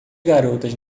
garotas